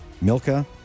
Milka